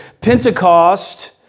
Pentecost